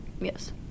Yes